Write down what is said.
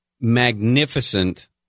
magnificent